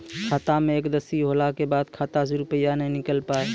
खाता मे एकशी होला के बाद खाता से रुपिया ने निकल पाए?